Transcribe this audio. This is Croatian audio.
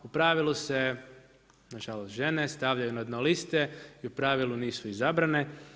U pravilu se na žalost žene stavljaju na dno liste i u pravilu nisu izabrane.